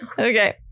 Okay